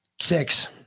Six